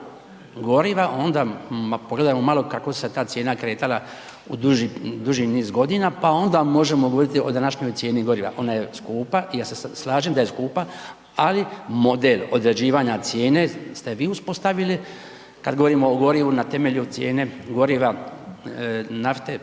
goriva, onda, ma pogledajmo malo kako se ta cijena kretala u duži niz godina, pa onda možemo govoriti o današnjoj cijeni goriva. Ona je skupa, ja se slažem da je skupa, ali model određivanja cijene ste vi uspostavili, kad govorimo o gorivu na temelju cijene goriva nafte,